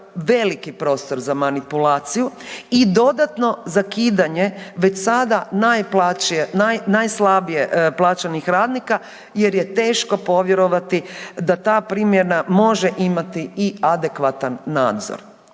veliki prostor za manipulaciju i dodatno zakidanje već sada najslabije plaćenih radnika jer je teško povjerovati da ta primjena može imati i adekvatan nadzor.